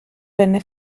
venne